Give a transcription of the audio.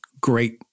great